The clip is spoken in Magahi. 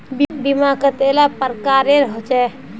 बीमा कतेला प्रकारेर होचे?